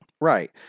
Right